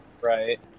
Right